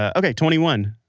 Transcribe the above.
ah okay. twenty one.